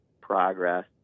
progress